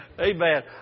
Amen